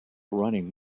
running